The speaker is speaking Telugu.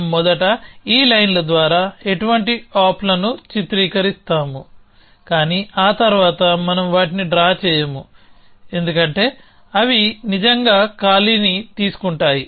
మనం మొదట ఈ లైన్ల ద్వారా ఎటువంటి opలను చిత్రీకరిస్తాము కానీ ఆ తర్వాత మనం వాటిని డ్రా చేయము ఎందుకంటే అవి నిజంగా ఖాళీని తీసుకుంటాయి